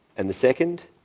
and the second,